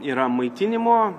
yra maitinimo